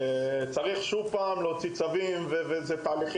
צריך להוציא שוב צווים ואז להיכנס לתהליך